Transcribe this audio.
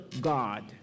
God